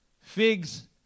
Figs